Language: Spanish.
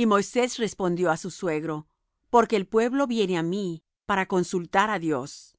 y moisés respondió á su suegro porque el pueblo viene á mí para consultar á dios